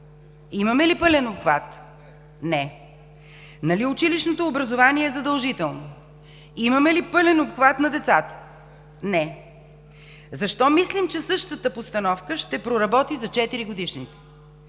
Имаме ли пълен обхват? Не! Нали училищното образование е задължително. Имаме ли пълен обхват на децата? Не! Защо мислим, че същата постановка ще проработи за 4-годишните?!